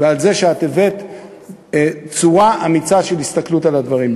ועל זה שאת הבאת הסתכלות אמיצה על הדברים.